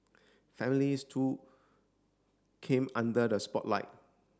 families too came under the spotlight